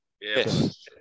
Yes